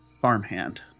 farmhand